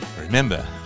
Remember